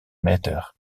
meter